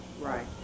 Right